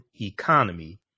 economy